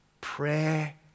Pray